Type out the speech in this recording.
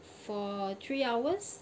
for three hours